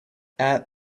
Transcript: add